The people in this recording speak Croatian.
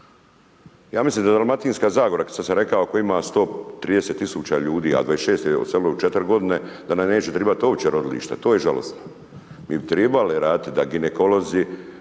Ja mislim da Dalmatinska zagora, kao što sam rekao, koja ima 130 tisuća ljudi, a 26 je odselilo u 4 godine, da nam neće trebat uopće rodilište. To je žalosno. Mi bi trebali raditi da ginekolozi,